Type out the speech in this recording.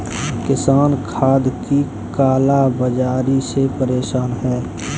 किसान खाद की काला बाज़ारी से परेशान है